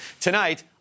Tonight